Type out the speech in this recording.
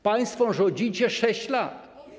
Państwo rządzicie 6 lat.